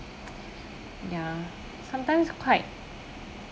ya sometimes quite